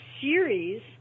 series